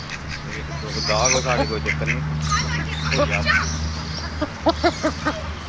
ते इक तुस गाह्क ओ साढ़े कोई चक्कर नि तुसें होई जाह्ग तुसें